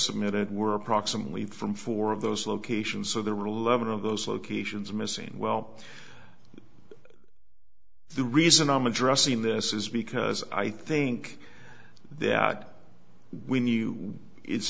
submitted were approximately from four of those locations so there were eleven of those locations missing well the reason i'm addressing this is because i think that when you it's